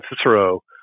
Cicero